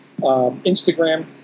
Instagram